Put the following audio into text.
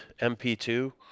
mp2